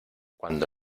cuando